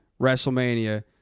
WrestleMania